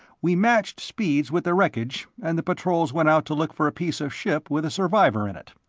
we matched speeds with the wreckage and the patrols went out to look for a piece of ship with a survivor in it.